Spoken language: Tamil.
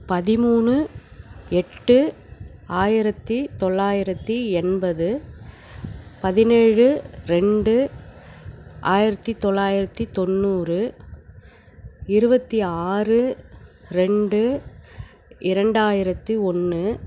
பதிமூணு எட்டு ஆயிரத்தி தொள்ளாயிரத்தி எண்பது பதினேழு ரெண்டு ஆயிரத்தி தொள்ளாயிரத்தி தொண்ணூறு இருபத்தி ஆறு ரெண்டு இரண்டாயிரத்தி ஒன்று